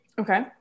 Okay